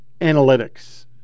analytics